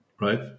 right